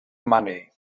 money